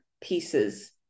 pieces